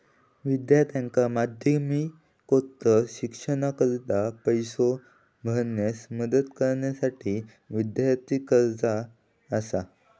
विद्यार्थ्यांका माध्यमिकोत्तर शिक्षणाकरता पैसो भरण्यास मदत करण्यासाठी विद्यार्थी कर्जा असा